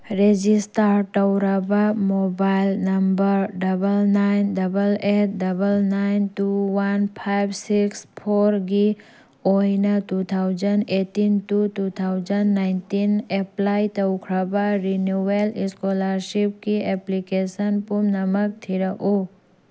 register ꯇꯧꯔꯕ mobile number double nine double eight double nine two one five six ꯐꯣꯔꯒꯤ ꯑꯣꯏꯅ two thousand eighteen to two thousand nineteen apply ꯇꯧꯈ꯭ꯔꯕ renewal ꯏꯁꯀꯣꯂꯥꯔꯁꯤꯞꯀꯤ application ꯄꯨꯝꯅꯃꯛ ꯊꯤꯔꯛꯎ